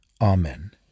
Amen